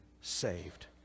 saved